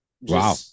Wow